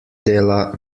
dela